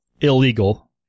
illegal